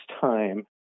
time